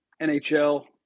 NHL